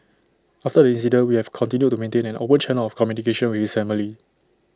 after the incident we have continued to maintain an open channel of communication with his family